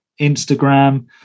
Instagram